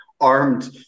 armed